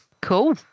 Cool